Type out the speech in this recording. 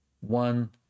one